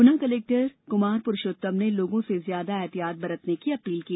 गुना collector Kumar Purushottam ने लोगों से ज्यादा अहतियात बरतने की अपील की